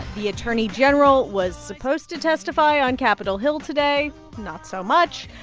the attorney general was supposed to testify on capitol hill today not so much.